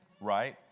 right